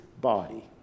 body